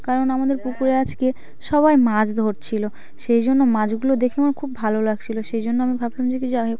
কারণ আমাদের পুকুরে আজকে সবাই মাছ ধরছিল সেই জন্য মাছগুলো দেখে আমার খুব ভালো লাগছিল সেই জন্য আমি ভাবলাম যে কী যাই হোক